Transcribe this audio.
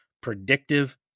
predictive